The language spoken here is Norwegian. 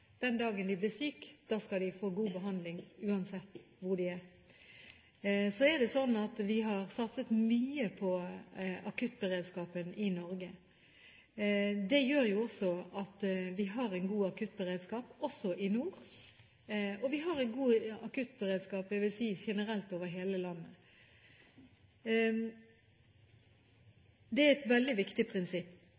den dagen man blir syk, skal man få god behandling uansett hvor man er. Vi har satset mye på akuttberedskapen i Norge. Det gjør at vi har en god akuttberedskap også i nord, og jeg vil si vi har en god akuttberedskap generelt over hele landet.